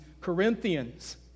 Corinthians